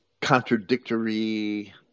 contradictory